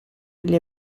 degli